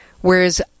Whereas